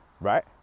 right